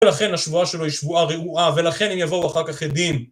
ולכן השבועה שלו היא שבועה רעועה, ולכן אם יבואו אחר כך עדים...